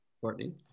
Courtney